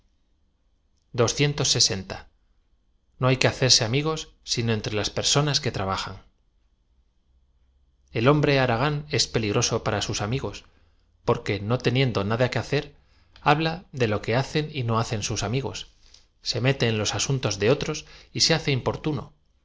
o hay que tutcerse amigos sino entre las persofttu que trabajan e l hombre haragán es peligroao para aus amigos porque no teniendo nada que hacer habla de lo qu hacen y no hacea sus amigos ae m ete ea loa as actos de otrob y se hace importuno